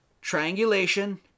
triangulation